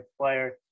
player